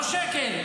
לא שקל,